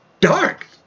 Dark